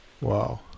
wow